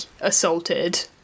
assaulted